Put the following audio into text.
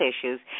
issues